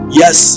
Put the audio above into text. yes